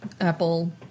apple